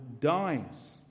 dies